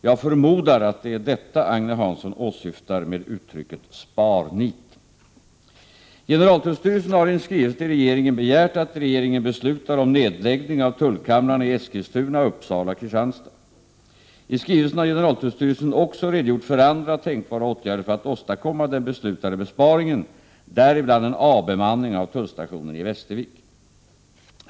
Jag förmodar att det är detta Agne Hansson åsyftar med uttrycket sparnit. Generaltullstyrelsen har i en skrivelse till regeringen begärt att regeringen beslutar om nedläggning av tullkamrarna i Eskilstuna, Uppsala och Kristianstad. I skrivelsen har generaltullstyrelsen också redogjort för andra tänkbara åtgärder för att åstadkomma den beslutade besparingen, däribland en avbemanning av tullstationen i Västervik.